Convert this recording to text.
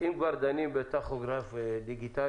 שאם כבר דנים בטכוגרף דיגיטלי,